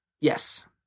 Yes